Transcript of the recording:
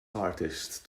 artist